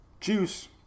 juice